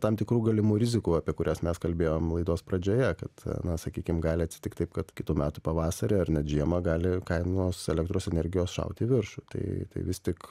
tam tikrų galimų rizikų apie kurias mes kalbėjom laidos pradžioje kad na sakykim gali atsitikt taip kad kitų metų pavasarį ar net žiemą gali kainos elektros energijos šaut į viršų tai tai vis tik